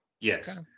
Yes